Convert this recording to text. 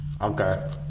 Okay